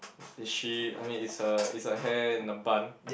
is she I mean is her is her hair in a bun